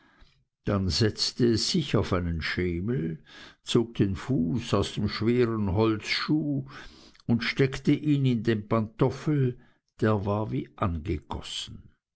dann setzte es sich auf einen schemel zog den fuß aus dem schweren holzschuh und steckte ihn in den pantoffel der war wie angegossen